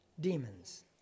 demons